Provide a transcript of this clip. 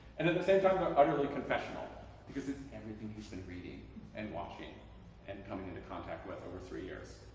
and at the same time they are utterly confessional because it's everything he's been reading and watching and coming into contact with over three years.